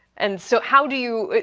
and so, how do you,